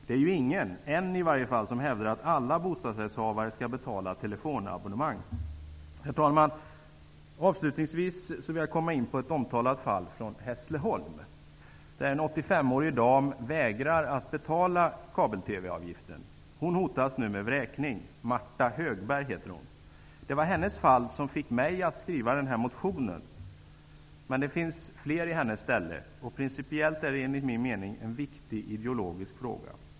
Det är ju ingen -- ännu, i varje fall -- som hävdar att alla bostadsrättshavare skall betala telefonabonnemang. Herr talman! Avslutningsvis vill jag komma in på ett omtalat fall från Hässleholm, där en 85-årig dam vägrar att betala kabel-TV-avgiften. Hon hotas nu med vräkning. Martha Högberg heter hon. Det var hennes fall som fick mig att skriva den här motionen. Men det finns fler i hennes belägenhet. Principiellt är det enligt min mening en viktig ideologisk fråga.